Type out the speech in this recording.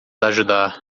ajudar